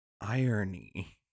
irony